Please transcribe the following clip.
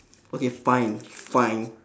okay fine fine